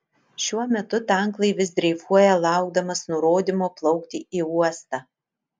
šiuo metu tanklaivis dreifuoja laukdamas nurodymo plaukti į uostą